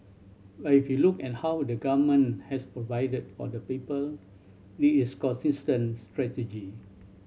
but if you look at how the Government has provided for the people it is consistent strategy